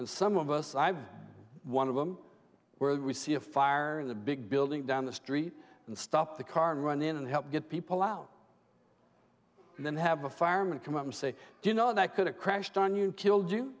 and some of us i've one of them where we see a fire in the big building down the street and stop the car and run in and help get people out and then have a fireman come up and say do you know that could have crashed on you killed you